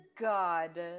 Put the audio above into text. God